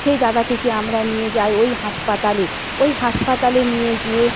সেই দাদাটিকে আমরা নিয়ে যাই ওই হাসপাতালে ওই হাসপাতালে নিয়ে যেয়ে